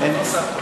אני לא שר תורן.